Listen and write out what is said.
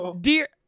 Dear